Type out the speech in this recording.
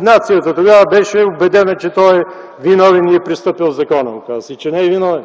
Нацията тогава беше убедена, че той е виновен и е престъпил закона. Оказа се, че не е виновен.